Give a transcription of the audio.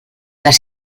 las